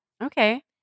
Okay